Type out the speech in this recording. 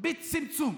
בצמצום.